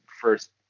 first